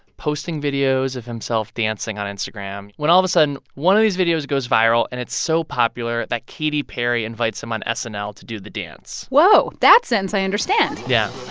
posting videos of himself dancing on instagram, when all of a sudden, one of these videos goes viral. and it's so popular that katy perry invites him on and snl to do the dance whoa. that sentence i understand yeah